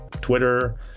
twitter